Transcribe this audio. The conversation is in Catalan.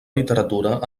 literatura